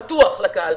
פתוח לקהל.